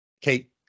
Kate